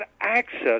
access